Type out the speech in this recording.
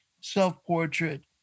Self-Portrait